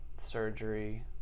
surgery